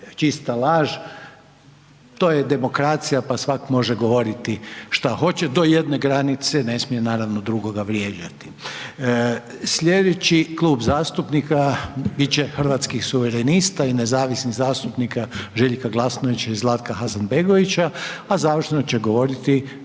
čista laž. To je demokracija pa svatko može govoriti što hoće do jedne granice. Ne smije naravno drugoga vrijeđati. Sljedeći Klub zastupnika bit će Hrvatskih suverenista i nezavisnih zastupnika Željka Glasnovića i Zlatka Hasanbegovića, a završno će govoriti